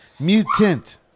Mutant